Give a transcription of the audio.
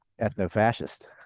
Ethno-fascist